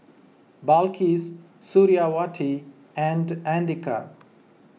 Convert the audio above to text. Balqis Suriawati and andika